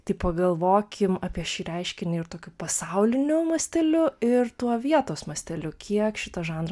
tai pagalvokim apie šį reiškinį ir tokiu pasauliniu masteliu ir tuo vietos masteliu kiek šitą žanrą